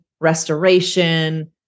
restoration